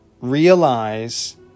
realize